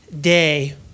day